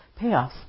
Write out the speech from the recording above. payoffs